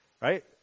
right